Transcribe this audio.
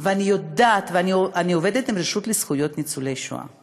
אני עובדת עם הרשות לזכויות ניצולי שואה,